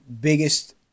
biggest